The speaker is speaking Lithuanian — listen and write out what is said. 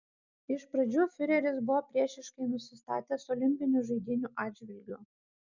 iš pradžių fiureris buvo priešiškai nusistatęs olimpinių žaidynių atžvilgiu